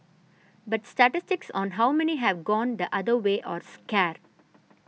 but statistics on how many have gone the other way are scar